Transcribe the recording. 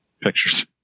pictures